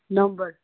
number